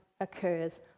occurs